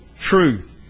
truth